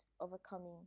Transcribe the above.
Overcoming